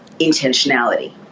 intentionality